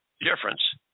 difference